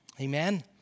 Amen